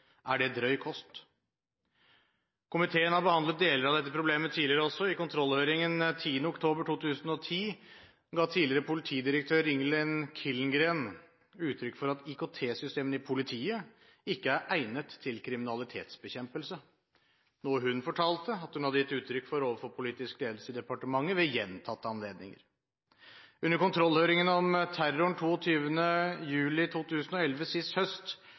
er det drøy kost. Komiteen har behandlet deler av dette problemet tidligere også. I kontrollhøringen 11. oktober 2010 ga tidligere politidirektør Ingelin Killengreen uttrykk for at IKT-systemene i politiet ikke er egnet til kriminalitetsbekjempelse, noe hun fortalte at hun hadde gitt uttrykk for overfor politisk ledelse i departementet ved gjentatte anledninger. Under kontrollhøringene om terroren 22. juli 2011 sist høst